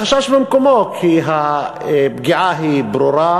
החשש במקומו כי הפגיעה היא ברורה,